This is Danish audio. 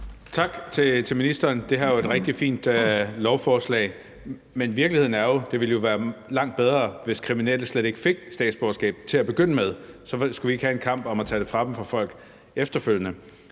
Tak til ministeren. Det her er et rigtig fint lovforslag, men virkeligheden er jo, at det ville være langt bedre, hvis kriminelle slet ikke fik statsborgerskab til at begynde med – så skulle vi ikke have en kamp om at tage det fra dem efterfølgende.